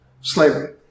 slavery